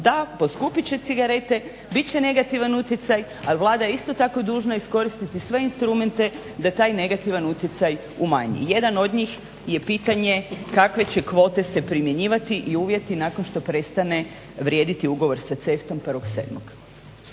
Da, poskupit će cigarete, bit će negativan utjecaj al Vlada je isto tako dužna iskoristiti sve instrumente da taj negativan utjecaj umanji. Jedan od njih je pitanje kakve će kvote se primjenjivati i uvjeti nakon što prestaje vrijediti ugovor sa CEFTA-om 1.7.